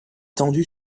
tendu